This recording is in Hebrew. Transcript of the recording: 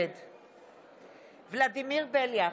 ניטור ימי בים התיכון,